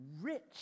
rich